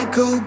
go